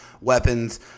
weapons